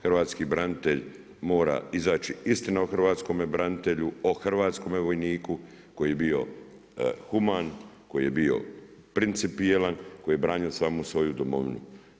Hrvatski branitelj mora izaći istina o hrvatskome branitelju, o hrvatskome vojniku koji je bio human, koji je bio principijelan, koji je branio samo svoju Domovinu.